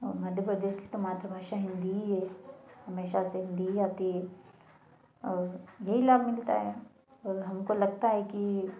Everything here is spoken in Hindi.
मध्य प्रदेश कि तो मातृभाषा हिंदी ही है हमेशा से हिंदी ही आती है और यही लाभ मिलता है और हमको लगता है कि